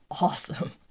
awesome